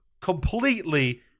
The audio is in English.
completely